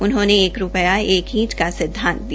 उन्होंने एक र रूपया एक ईंट का सिद्वांत दिया